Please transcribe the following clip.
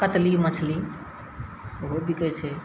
कतली मछली ओहो बिकै छै